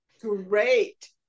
great